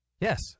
yes